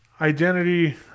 identity